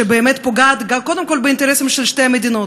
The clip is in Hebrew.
שבאמת פוגעת קודם כול באינטרסים של שתי המדינות,